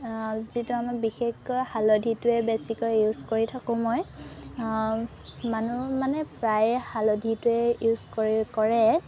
যিটো আমাৰ বিশেষকৈ হালধিটোৱে বেছিকৈ ইউজ কৰি থাকোঁ মই মানুহ মানে প্ৰায়ে হালধিটোৱে ইউজ কৰি কৰে